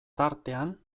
tartean